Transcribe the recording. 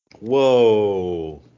Whoa